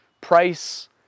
price